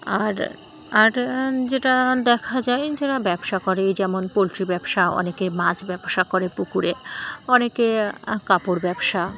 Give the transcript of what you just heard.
আর আর যেটা দেখা যায় যারা ব্যবসা করে যেমন পোলট্রি ব্যবসা অনেকে মাছ ব্যবসা করে পুকুরে অনেকে কাপড় ব্যবসা